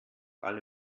alle